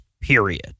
period